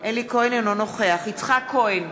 אינו נוכח יצחק כהן,